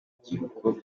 rubyiruko